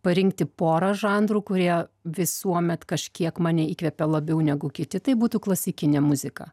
parinkti porą žanrų kurie visuomet kažkiek mane įkvepia labiau negu kiti tai būtų klasikinė muzika